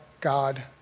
God